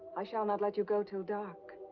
i shall not let you go till dark.